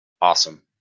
Awesome